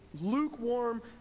lukewarm